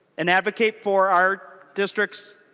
and advocate for our districts